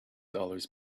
dollars